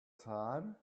tried